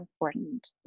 important